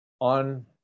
on